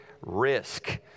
risk